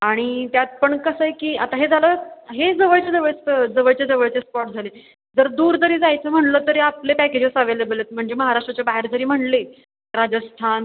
आणि त्यात पण कसं आहे की आता हे झालं हे जवळचे जवळच जवळचे जवळचे स्पॉट झाले जर दूर जरी जायचं म्हणलं तरी आपले पॅकेजेस अव्हेलेबल आहेत म्हणजे महाराष्ट्राच्या बाहेर जरी म्हटले राजस्थान